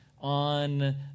on